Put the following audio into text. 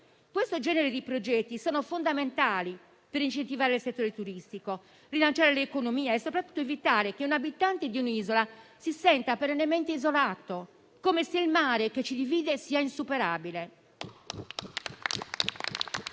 Questo genere di progetti è fondamentale per incentivare il settore turistico, rilanciare l'economia e soprattutto evitare che l'abitante di un'isola si senta perennemente isolato, come se il mare che ci divide fosse insuperabile.